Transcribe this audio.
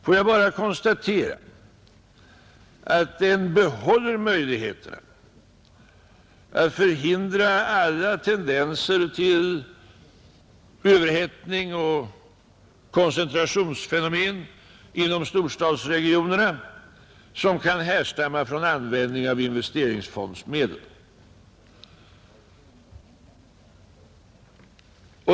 Får jag bara konstatera att den behåller möjligheten att förhindra alla tendenser till överhettning och koncentrationsfenomen inom storstadsregionerna, som kan härstamma från användningen av investeringsfondsmedel.